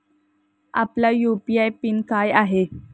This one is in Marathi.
आपला यू.पी.आय पिन काय आहे?